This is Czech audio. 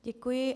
Děkuji.